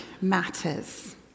matters